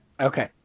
Okay